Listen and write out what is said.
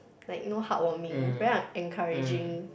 like you know heartwarming very encouraging